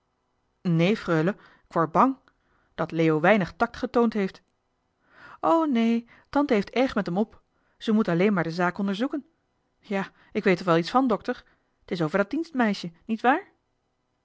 neen freule k wor bang dat leo weinig tact getoond heeft o nee tante heeft erg met hem op ze moet alleen maar de zaak onderzoeken ja ik weet er wel iets van dokter t is over dat dienstmeisje nietwaar